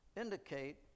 indicate